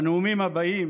בנאומים הבאים